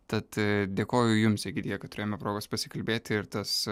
tad dėkoju jums egidija kad turėjome progos pasikalbėti ir tas